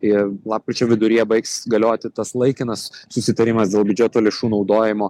ir lapkričio viduryje baigs galioti tas laikinas susitarimas dėl biudžeto lėšų naudojimo